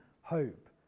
hope